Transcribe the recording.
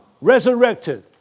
resurrected